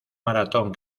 maratón